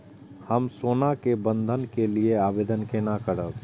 हम सोना के बंधन के लियै आवेदन केना करब?